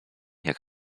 jak